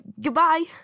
Goodbye